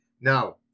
Now